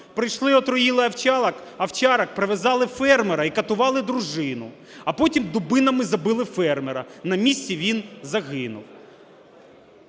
прийшли, отруїли овчарок, прив'язали фермера і катували дружину, а потім дубинами забили фермера, на місці він загинув.